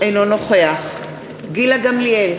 אינו נוכח גילה גמליאל,